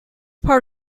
part